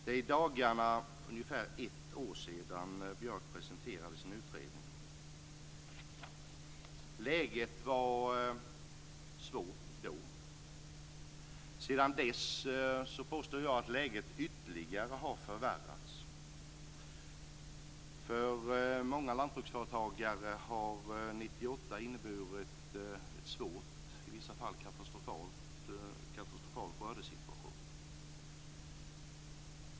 Det är i dagarna ungefär ett år sedan Björk presenterade sin utredning. Läget var svårt då. Jag påstår att läget ytterligare har förvärrats sedan dess. För många lantbruksföretagare har 1998 inneburit en svår, i vissa fall katastrofal, skördesituation.